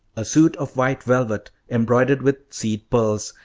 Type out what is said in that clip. a suit of white velvet embroidered with seed pearls,